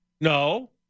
No